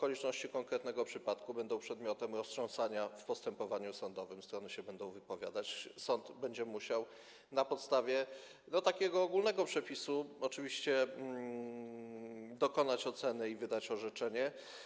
Okoliczności konkretnego przypadku będą przedmiotem roztrząsania w postępowaniu sądowym, strony się będą wypowiadać, sąd będzie musiał na podstawie takiego ogólnego przepisu dokonać oceny i wydać orzeczenie.